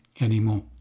anymore